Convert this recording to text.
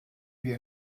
wir